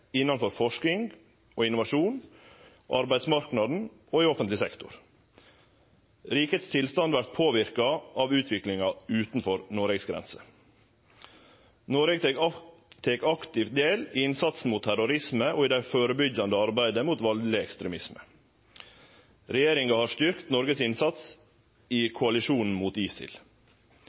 innanfor forsking og innovasjon, arbeidsmarknaden og offentleg sektor. Rikets tilstand vert påverka av utviklinga utanfor Noregs grenser. Noreg tek aktivt del i innsatsen mot terrorisme og i det førebyggjande arbeidet mot valdeleg ekstremisme. Regjeringa har styrkt Noregs innsats i koalisjonen mot ISIL.